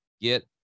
get